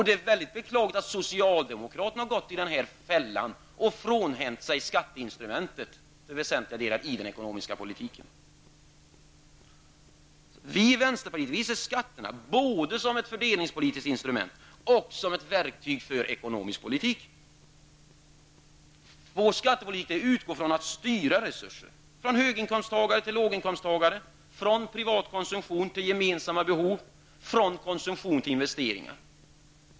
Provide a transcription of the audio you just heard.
Det är mycket beklagligt att socialdemokraterna har gått i fällan och i väsentliga delar frånhänt sig skatteinstrumentet i den ekonomiska politiken. Vi i vänsterpartiet ser skatterna både som ett fördelningspolitiskt instrument och som ett verktyg för ekonomisk politik. Vår skattepolitik utgår ifrån att man skall styra resurserna från höginkomsttagare till låginkomsttagare, från privat konsumtion till gemensamma behov, från konsumtion till investeringar.